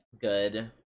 good